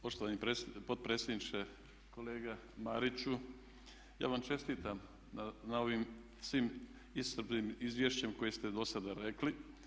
Poštovani potpredsjedniče, kolega Mariću ja vam čestitam na ovim svim iscrpnim izvješćem koje ste do sada rekli.